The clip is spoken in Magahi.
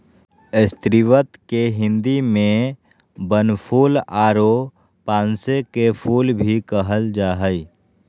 स्रीवत के हिंदी में बनफूल आरो पांसे के फुल भी कहल जा हइ